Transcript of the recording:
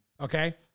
okay